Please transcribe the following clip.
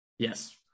Yes